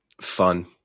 fun